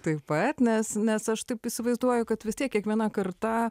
tai poetinės nes aš taip įsivaizduoju kad vis tiek kiekviena karta